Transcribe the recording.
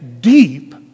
deep